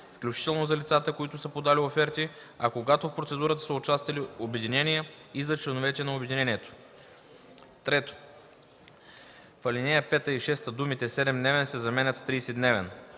включително за лицата, които са подали оферти, а когато в процедурата са участвали обединения – и за членовете на обединението.” 3. В ал. 5 и 6 думите „7-дневен” се заменят с „30-дневен”.